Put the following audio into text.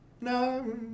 No